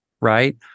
right